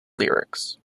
lyrics